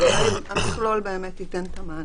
ואולי המכלול ייתן את המענה.